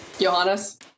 Johannes